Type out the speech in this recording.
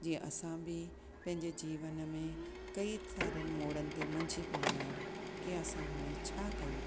जीअं असां बि पंहिंजे जीवन में कईं सारीनि मोड़नि ते मुंझी पंवदा आहियूं कि असां हाणे छा कयूं